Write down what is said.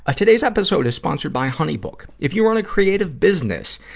ah today's episode is sponsored by honeybook. if you run a creative business,